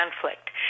conflict